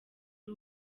ari